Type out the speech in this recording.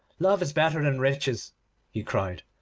love is better than riches he cried,